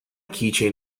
keychain